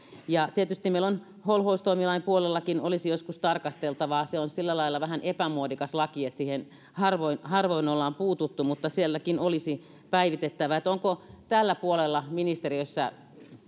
tietysti meillä holhoustoimilain puolellakin olisi joskus tarkasteltavaa se on sillä lailla vähän epämuodikas laki että siihen harvoin harvoin ollaan puututtu mutta sielläkin olisi päivitettävää onko tällä puolella ministeriössä